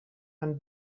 and